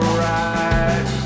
right